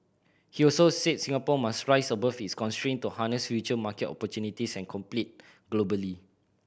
he also said Singapore must rise above its constraint to harness future market opportunities and compete globally